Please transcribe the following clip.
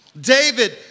David